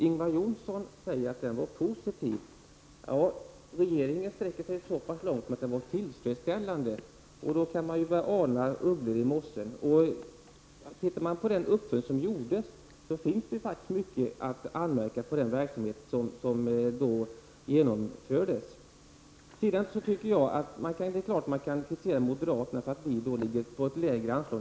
Ingvar Johnsson säger att den var positiv. Regeringen sträcker sig så pass långt att den säger att verksamheten var tillfredsställande. Då kan man börja ana ugglor i mossen. Om man ser till den uppföljning som gjordes finns det mycket att anmärka på. Det är klart att man kan kritisera oss moderater för att vårt förslag till anslag för vuxenutbildningen ligger på lägre nivå.